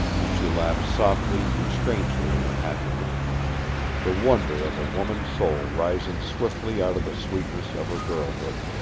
and she laughed softly and strangely in her happiness the wonder of a woman's soul rising swiftly out of the sweetness of her girlhood.